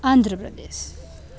Andhra Pradesh